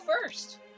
first